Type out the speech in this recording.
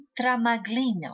tramaglino